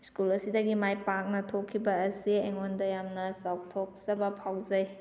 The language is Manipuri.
ꯁ꯭ꯀꯨꯜ ꯑꯁꯤꯗꯒꯤ ꯃꯥꯏ ꯄꯥꯛꯅ ꯊꯣꯛꯈꯤꯕ ꯑꯁꯤ ꯑꯩꯉꯣꯟꯗ ꯌꯥꯝꯅ ꯆꯥꯎꯊꯣꯛꯆꯕ ꯐꯥꯎꯖꯩ